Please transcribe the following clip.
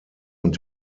und